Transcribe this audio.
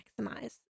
maximize